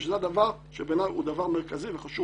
כי זה דבר שבעיניי הוא דבר מרכזי וחשוב